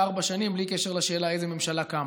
לארבע שנים בלי קשר לשאלה איזו ממשלה קמה.